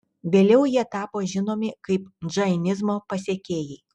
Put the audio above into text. vėliau jie tapo žinomi kaip džainizmo pasekėjai